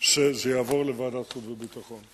שזה יעבור לוועדת חוץ וביטחון.